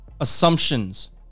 assumptions